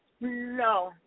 No